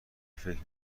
فکر